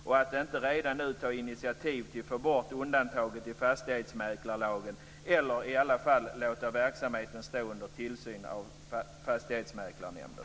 Varför inte redan nu ta initiativ till att få bort undantaget i fastighetsmäklarlagen eller i alla fall låta verksamheten stå under tillsyn av Fastighetsmäklarnämnden?